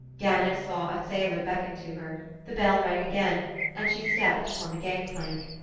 gannett saw a sailor beckon to her the bell rang again and she stepped upon the gang-plank.